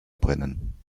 brennen